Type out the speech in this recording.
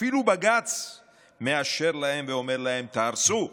אפילו בג"ץ מאשר להם ואומר להם: תהרסו.